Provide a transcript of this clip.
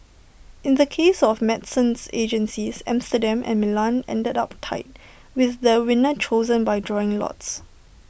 in the case of medicines agencies Amsterdam and Milan ended up tied with the winner chosen by drawing lots